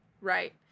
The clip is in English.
Right